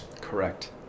Correct